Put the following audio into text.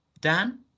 Dan